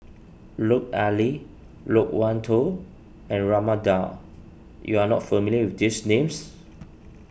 Lut Ali Loke Wan Tho and Raman Daud you are not familiar with these names